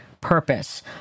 purpose